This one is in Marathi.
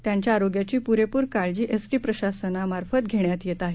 त्यांच्या आरोग्याची पुरेपूर काळजी एसटी प्रशासनाला मार्फत घेण्यात येत आहे